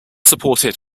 supported